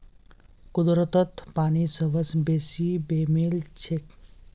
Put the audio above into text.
कुदरतत पानी सबस बेसी बेमेल छेक